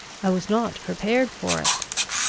i was not prepared for it.